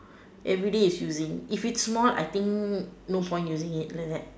everyday is using if it's small I think no point using it like that